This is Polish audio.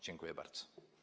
Dziękuję bardzo.